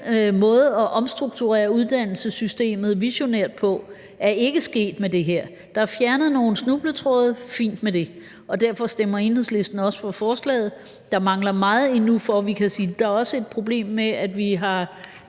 måde at omstrukturere uddannelsessystemet visionært på er ikke sket med det her. Der er fjernet nogle snubletråde – fint med det – og derfor stemmer Enhedslisten også for forslaget, men der mangler meget endnu. Der er også et problem med, at vi har